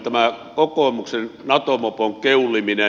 tämä kokoomuksen nato mopon keuliminen